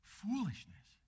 foolishness